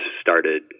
started